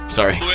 Sorry